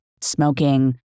smoking